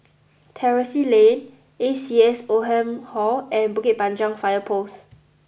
Terrasse Lane A C S Oldham Hall and Bukit Panjang Fire Post